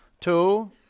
two